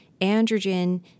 androgen